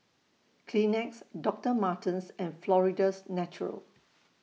Kleenex Doctor Martens and Florida's Natural